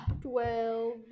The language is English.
Twelve